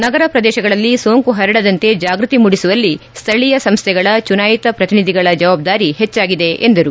ನಗರ ಪ್ರದೇಶಗಳಲ್ಲಿ ಸೋಂಕು ಹರಡದಂತೆ ಜಾಗ್ಭತಿ ಮೂಡಿಸುವಲ್ಲಿ ಸ್ಥಳೀಯ ಸಂಸ್ಥೆಗಳ ಚುನಾಯಿತ ಪ್ರತಿನಿಧಿಗಳ ಜವಾಬ್ದಾರಿ ಹೆಚ್ಚಾಗಿದೆ ಎಂದರು